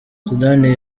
sudani